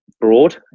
broad